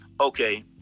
Okay